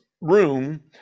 room